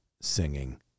singing